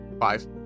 Five